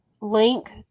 link